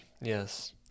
Yes